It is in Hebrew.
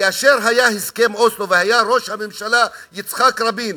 כאשר היה הסכם אוסלו והיה ראש הממשלה יצחק רבין,